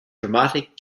dramatic